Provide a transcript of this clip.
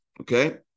okay